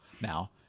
Now